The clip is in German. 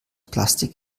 plastik